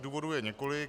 Důvodů je několik.